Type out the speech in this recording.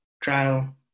trial